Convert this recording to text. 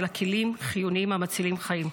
אלא כלים חיוניים המצילים חיים.